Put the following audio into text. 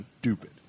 stupid